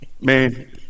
man